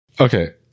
Okay